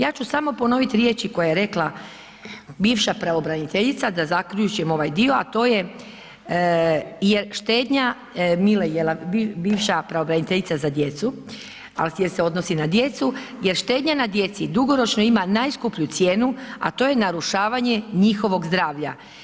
Ja ću samo ponoviti riječi koje je rekla bivša pravobraniteljica, da zaključim ovaj dio a to je jer štednja, bivša pravobraniteljica za djecu a gdje se odnosi na djecu, jer štednja na djeci dugoročno ima najskuplju cijenu a to je narušavanje njihovog zdravlja.